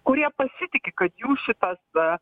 kurie pasitiki kad jų šitas a